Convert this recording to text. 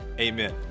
amen